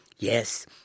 Yes